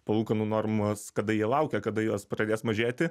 palūkanų normos kada jie laukia kada jos pradės mažėti